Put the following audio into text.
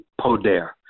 Poder